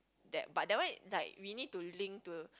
that but that one like we need to link to